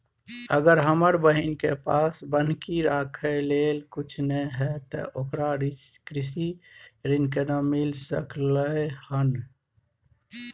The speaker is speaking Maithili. अगर हमर बहिन के पास बन्हकी रखय लेल कुछ नय हय त ओकरा कृषि ऋण केना मिल सकलय हन?